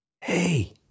hey